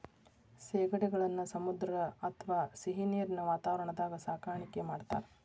ಸೇಗಡಿಗಳನ್ನ ಸಮುದ್ರ ಅತ್ವಾ ಸಿಹಿನೇರಿನ ವಾತಾವರಣದಾಗ ಸಾಕಾಣಿಕೆ ಮಾಡ್ತಾರ